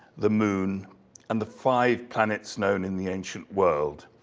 the moon and the five planets known in the ancient world.